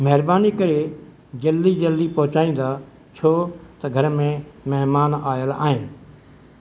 महिरबानी करे जल्दी जल्दी पहुचाईंदा छो त घर में महिमान आयलु आहिनि